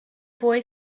boy